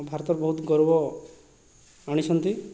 ଭାରତ ବହୁତ ଗର୍ବ ଆଣିଛନ୍ତି